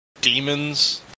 demons